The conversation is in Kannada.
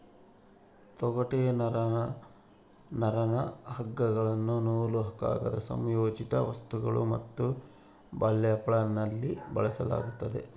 ತೊಗಟೆ ನರನ್ನ ಹಗ್ಗಗಳು ನೂಲು ಕಾಗದ ಸಂಯೋಜಿತ ವಸ್ತುಗಳು ಮತ್ತು ಬರ್ಲ್ಯಾಪ್ಗಳಲ್ಲಿ ಬಳಸಲಾಗ್ತದ